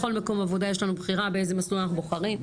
בכל מקום עבודה יש לנו בחירה באיזה מסלול אנחנו בוחרים.